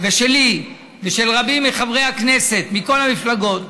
ושלי ושל רבים מחברי הכנסת מכל המפלגות,